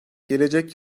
gelecek